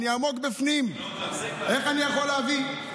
אני עמוק בפנים, איך אני יכול להביא?